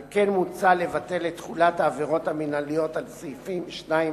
על כן מוצע לבטל את תחולת העבירות המינהליות על סעיפים 2(א),